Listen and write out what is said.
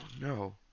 no